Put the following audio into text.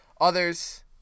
others